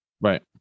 Right